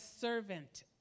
servant